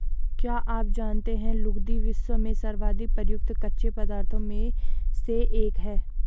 क्या आप जानते है लुगदी, विश्व में सर्वाधिक प्रयुक्त कच्चे पदार्थों में से एक है?